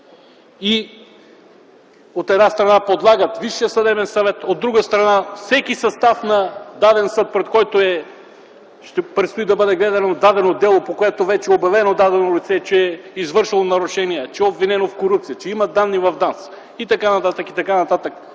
и, от една страна, подлагат Висшия съдебен съвет, от друга страна, всеки състав на даден съд, пред който предстои да бъде гледано дадено дело, по което вече е обявено дадено лице, че е извършвало нарушения, че е обвинено в корупция, че има данни в ДАНС, както каза